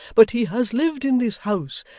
but he has lived in this house,